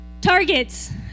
targets